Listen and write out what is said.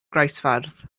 groesffordd